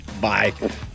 Bye